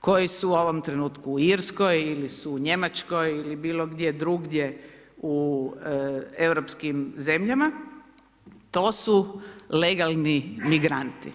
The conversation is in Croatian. koji su u ovom trenutku u Irskoj ili su u Njemačkoj ili bilo gdje drugdje u europskim zemljama, to su legalni migranti.